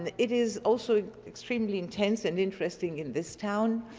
and it is also extremely intense and interesting in this town.